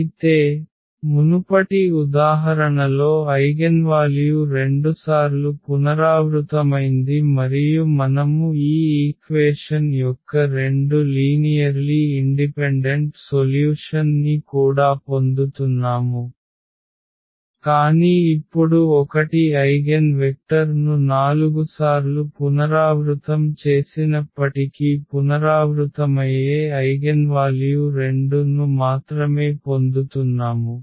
అయితే మునుపటి ఉదాహరణలో ఐగెన్వాల్యూ రెండుసార్లు పునరావృతమైంది మరియు మనము ఈ ఈక్వేషన్ యొక్క రెండు లీనియర్లీ ఇండిపెండెంట్ సొల్యూషన్ ని కూడా పొందుతున్నాము కానీ ఇప్పుడు 1 ఐగెన్వెక్టర్ను నాలుగుసార్లు పునరావృతం చేసినప్పటికీ పునరావృతమయ్యే ఐగెన్వాల్యూ 2 ను మాత్రమే పొందుతున్నాము